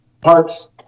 parts